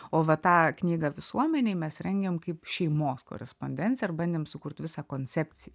o va tą knygą visuomenei mes rengėm kaip šeimos korespondencijąir bandėm sukurt visą koncepciją